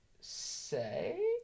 say